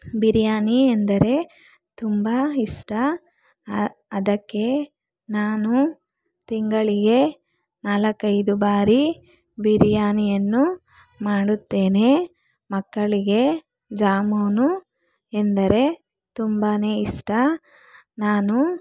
ಬಿರಿಯಾನಿ ಎಂದರೆ ತುಂಬ ಇಷ್ಟ ಅದಕ್ಕೆ ನಾನು ತಿಂಗಳಿಗೆ ನಾಲ್ಕೈದು ಬಾರಿ ಬಿರಿಯಾನಿಯನ್ನು ಮಾಡುತ್ತೇನೆ ಮಕ್ಕಳಿಗೆ ಜಾಮೂನು ಎಂದರೆ ತುಂಬನೇ ಇಷ್ಟ ನಾನು